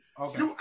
Okay